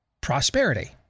prosperity